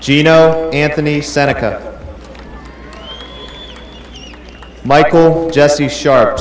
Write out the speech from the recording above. gino anthony seneca michael jesse sharp